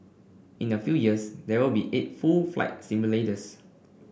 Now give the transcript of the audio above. in a few years there will be eight full flight simulators